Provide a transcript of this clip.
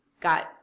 got